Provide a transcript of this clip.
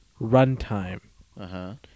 runtime